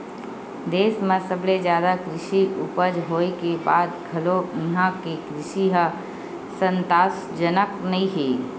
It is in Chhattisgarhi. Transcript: देस म सबले जादा कृषि उपज होए के बाद घलो इहां के कृषि ह संतासजनक नइ हे